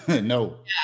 No